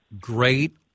Great